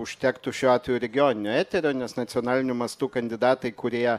užtektų šiuo atveju regioninio eterio nes nacionaliniu mastu kandidatai kurie